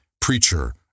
preacher